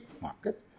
market